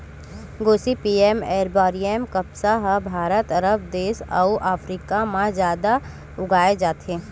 Gossypium arboreum कपसा ह भारत, अरब देस अउ अफ्रीका म जादा उगाए जाथे